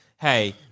hey